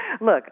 look